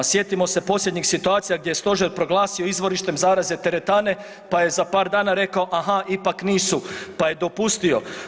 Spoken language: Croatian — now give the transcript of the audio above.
Sjetimo se posljednjih situacija gdje je stožer proglasio izvorištem zaraze teretane, pa je za par dana rekao aha ipak nisu, pa je dopustio.